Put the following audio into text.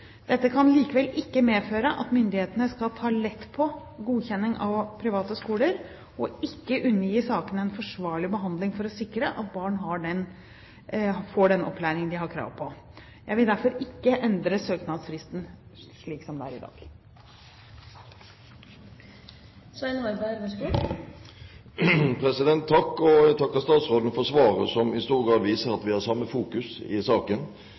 Dette kan likevel ikke medføre at myndighetene skal ta lett på godkjenning av private skoler, og ikke undergi sakene en forsvarlig behandling for å sikre at barn får den opplæringen de har krav på. Jeg vil derfor ikke endre søknadsfristen slik den er i dag. Jeg takker statsråden for svaret, som i stor grad viser at vi i stor grad har samme fokus i saken.